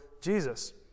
Jesus